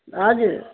हजुर